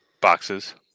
Boxes